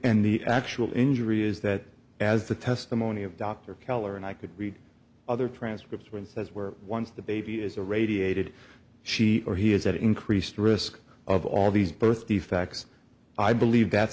and the actual injury is that as the testimony of dr keller and i could read other transcripts once those were once the baby is a radiated she or he is at increased risk of all these birth defects i believe that